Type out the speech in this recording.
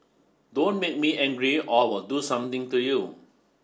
don't make me angry or I will do something to you